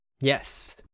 Yes